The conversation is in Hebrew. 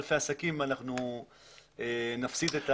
לאלפי עסקים, נפסיד את זה.